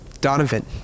Donovan